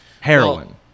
Heroin